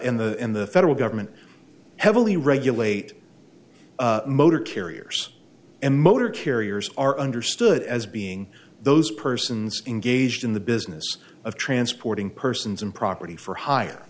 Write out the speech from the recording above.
in the in the federal government heavily regulate motor carriers and motor carriers are understood as being those persons engaged in the business of transporting persons and property for hi